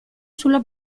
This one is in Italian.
sulla